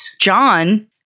John